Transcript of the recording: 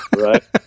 right